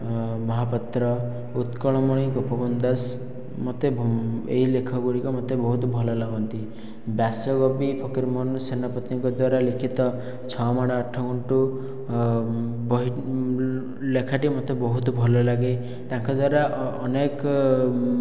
ମହାପାତ୍ର ଉତ୍କଳ ମଣି ଗୋପବନ୍ଧୁ ଦାସ ମୋତେ ଏହି ଲେଖକ ଗୁଡ଼ିକ ମତେ ବହୁତ ଭଲ ଲାଗନ୍ତି ବ୍ୟାସକବି ଫକୀର ମୋହନ ସେନାପତିଙ୍କ ଦ୍ଵାରା ଲିଖିତ ଛଅ ମାଣ ଆଠ ଗୁଣ୍ଠ ଲେଖାଟି ମୋତେ ବହୁତ ଭଲ ଲାଗେ ତାଙ୍କ ଦ୍ଵାରା ଅନେକ